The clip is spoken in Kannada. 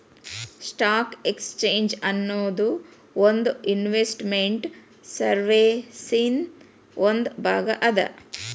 ಸ್ಟಾಕ್ ಎಕ್ಸ್ಚೇಂಜ್ ಅನ್ನೊದು ಒಂದ್ ಇನ್ವೆಸ್ಟ್ ಮೆಂಟ್ ಸರ್ವೇಸಿನ್ ಒಂದ್ ಭಾಗ ಅದ